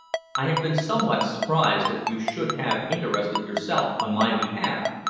i have been somewhat surprised that you should have interested yourself on my behalf,